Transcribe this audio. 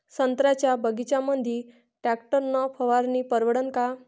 संत्र्याच्या बगीच्यामंदी टॅक्टर न फवारनी परवडन का?